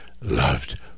loved